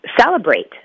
celebrate